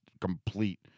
complete